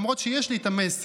למרות שיש לי את המסר,